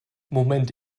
moment